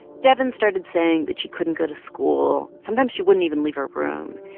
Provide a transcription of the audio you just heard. devyn started saying that she couldn't go to school. sometimes, she wouldn't even leave her room.